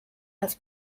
als